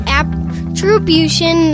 attribution